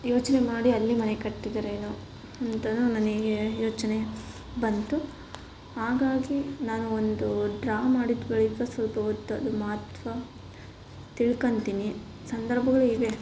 ಯೋಚನೆ ಮಾಡಿ ಅಲ್ಲಿ ಮನೆ ಕಟ್ಟಿದರೇನೋ ಅಂತಲೂ ನನಗೆ ಯೋಚನೆ ಬಂತು ಹಾಗಾಗಿ ನಾನು ಒಂದು ಡ್ರಾ ಮಾಡಿದ ಬಳಿಕ ಸ್ವಲ್ಪ ಹೊತ್ ಅದು ಮಹತ್ವ ತಿಳ್ಕತೀನಿ ಸಂದರ್ಭಗಳು ಇವೆ